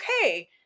okay